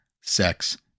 sex